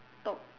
talk